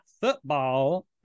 Football